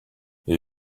are